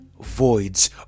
voids